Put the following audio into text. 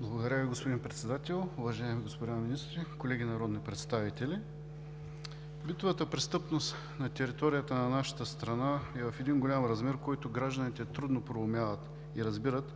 Благодаря Ви, господин Председател. Уважаеми господа министри, колеги народни представители! Битовата престъпност на територията на нашата страна е в един голям размер, който гражданите трудно проумяват и разбират,